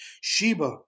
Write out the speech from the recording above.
Sheba